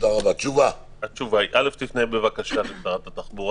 אני מבקש שתפנה לוועדת התחבורה,